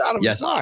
yes